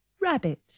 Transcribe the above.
Rabbit